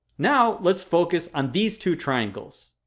now let's focus on these two triangles.